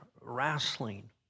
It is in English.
wrestling